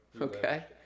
Okay